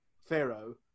pharaoh